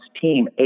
team